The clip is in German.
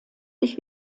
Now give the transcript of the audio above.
sich